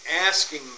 asking